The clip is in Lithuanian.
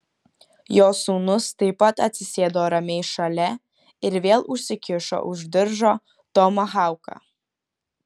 jo sūnus taip pat atsisėdo ramiai šalia ir vėl užsikišo už diržo tomahauką